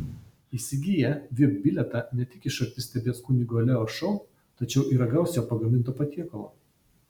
įsigiję vip bilietą ne tik iš arti stebės kunigo leo šou tačiau ir ragaus jo pagaminto patiekalo